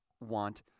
want